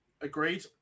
Agreed